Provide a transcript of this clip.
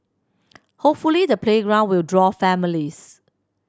hopefully the playground will draw families